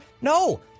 No